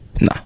nah